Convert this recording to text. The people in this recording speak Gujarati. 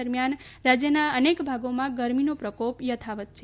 દરમિયાન રાજ્યના અનેક ભાગોમાં ગરમીનો પ્રકોપ યથાવત છે